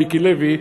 מיקי לוי,